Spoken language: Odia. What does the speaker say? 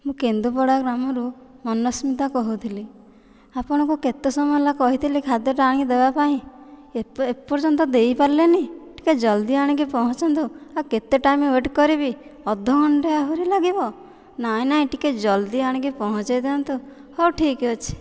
ମୁଁ କେନ୍ଦୁପଡ଼ା ଗ୍ରାମରୁ ମନସ୍ମିତା କହୁଥିଲି ଆପଣଙ୍କୁ କେତେ ସମୟ ହେଲା କହିଥିଲି ଖାଦ୍ୟଟା ଆଣିକି ଦେବାପାଇଁ ଏପର୍ଯ୍ୟନ୍ତ ଦେଇପାରିଲେନି ଟିକେ ଜଲ୍ଦି ଆଣିକି ପହଞ୍ଚନ୍ତୁ ଆଉ କେତେ ଟାଇମ୍ ୱେଟ୍ କରିବି ଅଧଘଣ୍ଟେ ଆହୁରି ଲାଗିବ ନାହିଁ ନାହିଁ ଟିକେ ଜଲ୍ଦି ଆଣିକି ପହଞ୍ଚାଇ ଦିଅନ୍ତୁ ହେଉ ଠିକ ଅଛି